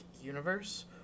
universe